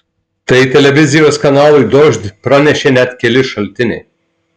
tai televizijos kanalui dožd pranešė net keli šaltiniai